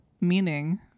meaning